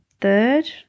third